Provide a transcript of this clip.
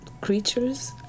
Creatures